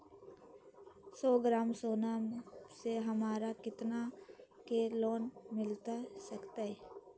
सौ ग्राम सोना से हमरा कितना के लोन मिलता सकतैय?